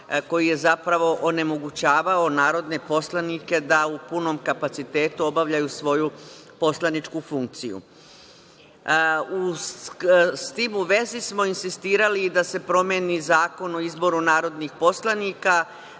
koji je zapravo onemogućavao narodne poslanike da u punom kapacitetu obavljaju svoju poslaničku funkciju.S tim u vezi smo insistirali i da se promeni Zakon o izboru narodnih poslanika,